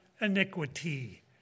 iniquity